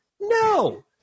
no